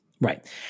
Right